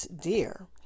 dear